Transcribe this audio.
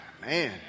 man